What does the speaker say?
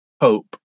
hope